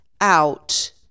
out